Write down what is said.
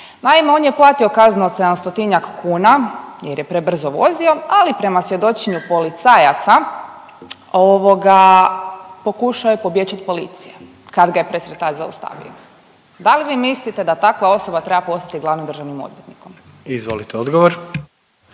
Naime, on je platio kaznu od 700-tinjak kuna jer je prebrzo vozio, ali prema svjedočenju policajaca, ovoga, pokušao je pobjeći od policije, kad ga je presretač zaustavio. Da li vi mislite da takva osoba treba postati glavnim državnim odvjetnikom? **Jandroković,